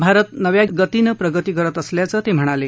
भारत नव्या गतीनं प्रगती करत असल्याचं ते म्हणाले